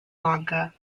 lanka